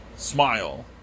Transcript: smile